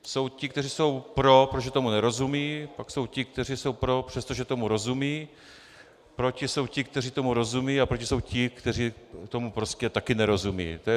Jsou ti, kteří jsou pro, protože tomu nerozumí, pak jsou ti, kteří jsou pro, přestože tomu rozumí, proti jsou ti, kteří tomu rozumí a proti jsou ti, kteří tomu prostě taky nerozumí.